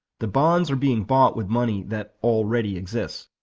the bonds are being bought with money that already exists.